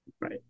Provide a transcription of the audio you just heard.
Right